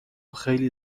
خیلی